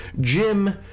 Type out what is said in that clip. Jim